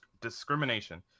discrimination